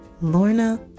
Lorna